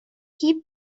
heap